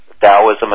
Taoism